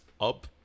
up